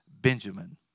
Benjamin